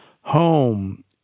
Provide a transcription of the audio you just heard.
Home